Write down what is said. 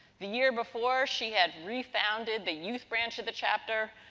the year before, she had refounded the youth branch of the chapter.